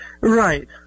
Right